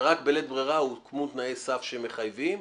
ורק בלית ברירה הוקמו תנאי סף שמחייבים.